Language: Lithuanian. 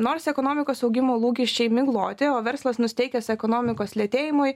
nors ekonomikos augimo lūkesčiai migloti o verslas nusiteikęs ekonomikos lėtėjimui